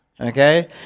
okay